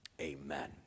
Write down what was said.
Amen